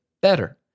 better